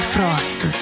Frost